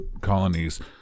colonies